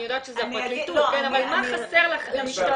אני יודעת שזה הפרקליטות, אבל מה חסר לכם?